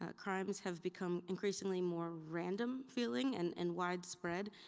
ah crimes have become increasingly more random feeling and and widespread,